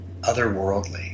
otherworldly